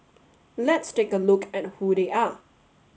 let's take a look at who they are